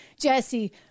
Jesse